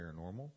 paranormal